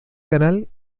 canal